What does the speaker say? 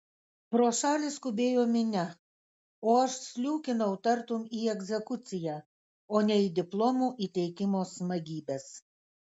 pro šalį skubėjo minia o aš sliūkinau tartum į egzekuciją o ne į diplomų įteikimo smagybes